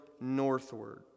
northward